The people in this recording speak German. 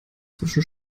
zwischen